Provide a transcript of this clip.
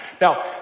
Now